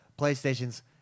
PlayStation's